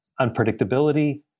unpredictability